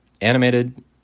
animated